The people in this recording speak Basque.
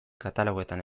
katalogoetan